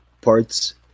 parts